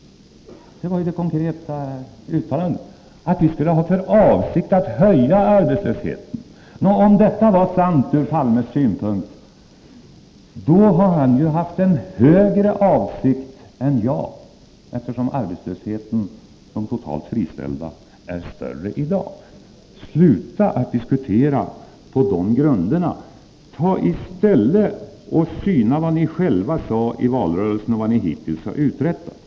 Det konkreta uttalandet var ju att vi skulle ha för avsikt att höja arbetslösheten. Om detta var sant ur Palmes synpunkt, har han ju haft en högre avsikt än jag, eftersom arbetslösheten och antalet totalt friställda är större i dag. Sluta att diskutera på de grunderna! Tag i stället och syna vad ni själva sade i valrörelsen och vad ni hittills uträttat!